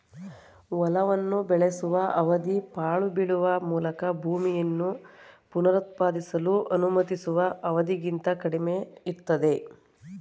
ಹೊಲವನ್ನು ಬೆಳೆಸುವ ಅವಧಿ ಪಾಳು ಬೀಳುವ ಮೂಲಕ ಭೂಮಿಯನ್ನು ಪುನರುತ್ಪಾದಿಸಲು ಅನುಮತಿಸುವ ಅವಧಿಗಿಂತ ಕಡಿಮೆಯಿರ್ತದೆ